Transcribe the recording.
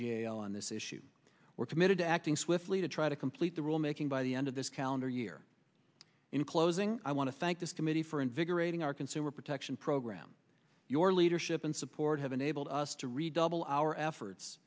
o on this issue we're committed to acting swiftly to try to complete the rulemaking by the end of this calendar year in closing i want to thank this committee for invigorating our consumer protection program your leadership and support have enabled us to redouble our efforts